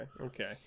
Okay